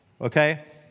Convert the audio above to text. okay